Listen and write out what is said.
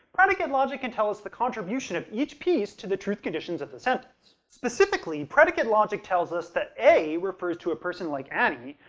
predicate logic can tell us the contribution of each piece to the truth conditions of the sentence. specifically, predicate logic tells us that that a refers to a person like annie,